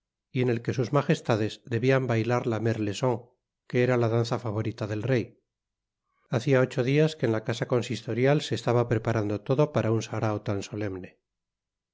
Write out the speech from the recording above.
y en el que sus magestades debian bailar la merlaison que era la danza favorita del rey hacia ocho dias que en la casa consistorial se estaba preparando todo para un sarao tan solemne